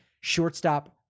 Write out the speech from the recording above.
shortstop